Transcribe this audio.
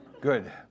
Good